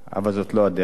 אבל זאת לא הדרך.